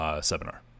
seminar